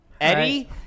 Eddie